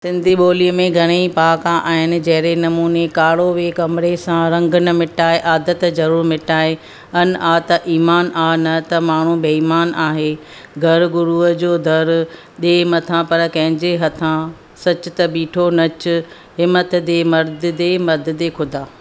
सिंधी ॿोलीअ में घणेई पहाका आहिनि जहिड़े नमूने कारो विहे कमरे सां रंग न मिटाए आदति ज़रूरु मिटाए अन आहे त ईमान आहे न त माण्हू बेईमान आहे घर गुरुअ जो दर ॾे मथां पर कंहिंजे हथां सचु त बीठो नचु हिम्मत दे मददे मददे ख़ुदा